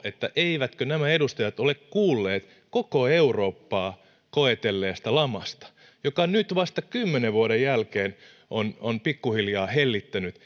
eivätkö nämä edustajat ole kuulleet koko eurooppaa koetelleesta lamasta joka nyt vasta kymmenen vuoden jälkeen on on pikkuhiljaa hellittänyt